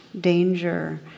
danger